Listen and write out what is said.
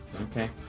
okay